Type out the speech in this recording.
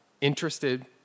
interested